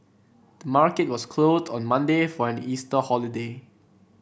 the market was closed on Monday for an Easter holiday